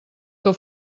que